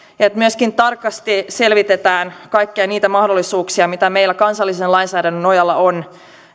että myöskin tarkasti selvitetään kaikkia niitä mahdollisuuksia mitä meillä kansallisen lainsäädännön nojalla on